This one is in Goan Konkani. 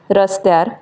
रस्त्यार